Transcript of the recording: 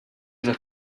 the